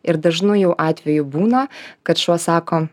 ir dažnu jau atveju būna kad šuo sako